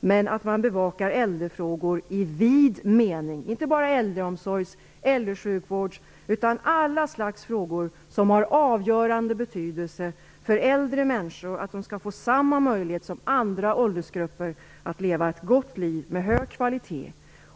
Det gäller alltså att någon bevakar äldrefrågor i vid mening; inte bara äldreomsorgs eller äldresjukvårdsfrågor utan alla slags frågor som har avgörande betydelse för att äldre människor skall få samma möjlighet som andra åldersgrupper att leva ett gott liv med hög kvalitet.